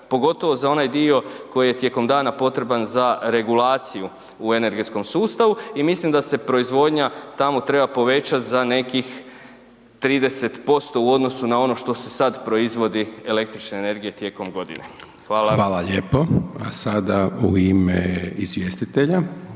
pogotovo za onaj dio koji je tijekom dana potreban za regulaciju u energetskom sustavu i mislim da se proizvodnja tamo treba povećati za nekih 30% u odnosu na ono što se sad proizvodi električne energije tijekom godine. Hvala. **Hajdaš Dončić, Siniša